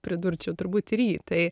pridurčiau turbūt ir jį tai